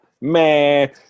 Man